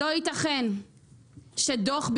אדוני היושב-ראש, אני מודה לך על הקיום של הדיון.